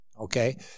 Okay